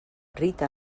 rita